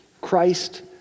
Christ